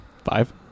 five